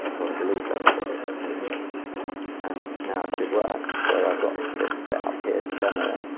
or believe that's what it means and now it should work so i've got this setup here to demo it